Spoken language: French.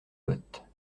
bottes